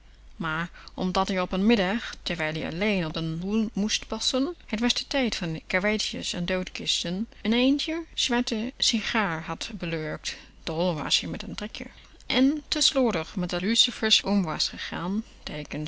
maar omdat-ie op n middag terwijl ie alleen op den boel moest passen t was de tijd van karweitjes en doodkisten n eindje zwarte sigaar had belurkt dol was-ie met n trekje en te slordig met de lucifers om was gegaan